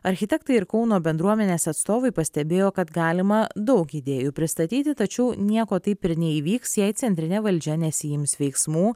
architektai ir kauno bendruomenės atstovai pastebėjo kad galima daug idėjų pristatyti tačiau nieko taip ir neįvyks jei centrinė valdžia nesiims veiksmų